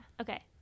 Okay